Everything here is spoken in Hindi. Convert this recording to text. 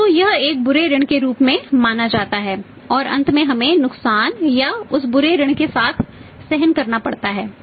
तो यह एक बुरे ऋण के रूप में माना जाता है और अंत में हमें नुकसान या उस बुरे ऋण के साथ सहन करना पड़ता है